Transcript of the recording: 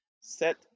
set